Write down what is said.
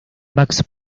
max